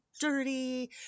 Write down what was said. dirty